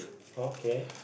okay